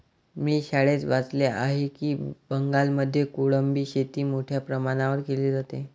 मी शाळेत वाचले आहे की बंगालमध्ये कोळंबी शेती मोठ्या प्रमाणावर केली जाते